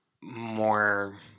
more